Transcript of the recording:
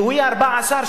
לואי ה-14,